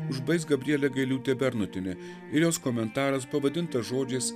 užbaigs gabrielė gailiūtė bernotienė ir jos komentaras pavadintas žodžiais